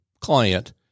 client